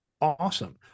awesome